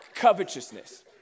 covetousness